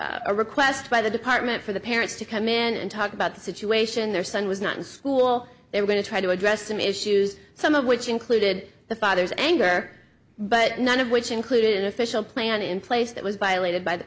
a request by the department for the parents to come in and talk about the situation their son was not in school they were going to try to address them issues some of which included the father's anger but none of which included an official plan in place that was violated by the